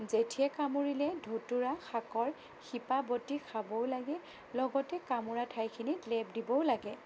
জেঠীয়ে কামুৰিলে ধতুৰা শাকৰ শিপা বটি খাবও লাগে লগতে কামোৰা ঠাইখিনিত লেপ দিবও লাগে